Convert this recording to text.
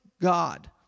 God